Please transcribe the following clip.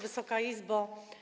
Wysoka Izbo!